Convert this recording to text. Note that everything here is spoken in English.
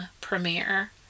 premiere